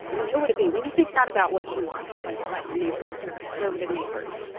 i mean, who would it be when you think not about what you want, but like about your neighbors, your conservative neighbors?